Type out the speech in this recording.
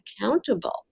accountable